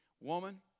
Woman